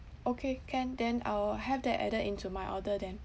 okay can then I'll have that added into my order then